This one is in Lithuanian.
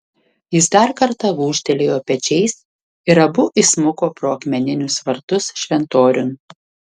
jis dar kartą gūžtelėjo pečiais ir abu įsmuko pro akmeninius vartus šventoriun